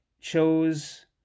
chose